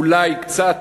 אולי קצת,